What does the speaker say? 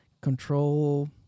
control